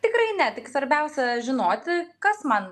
tikrai ne tik svarbiausia žinoti kas man